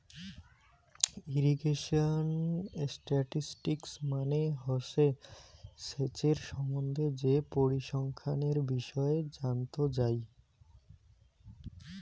irrigation statistics মানে হসে সেচের সম্বন্ধে যে পরিসংখ্যানের বিষয় জানত যাই